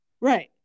right